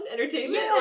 entertainment